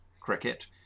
cricket